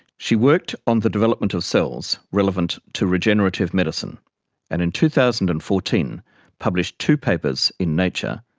she worked on the development of cells relevant to regenerative medicine and in two thousand and fourteen published two papers in nature,